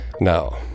Now